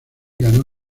ganó